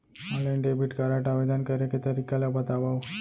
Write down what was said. Online debit card आवेदन करे के तरीका ल बतावव?